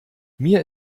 mir